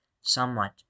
somewhat